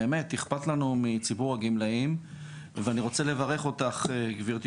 באמת איכפת לנו מציבור הגמלאים ואני רוצה לברך אותך גברתי